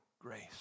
grace